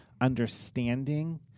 understanding